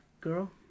girl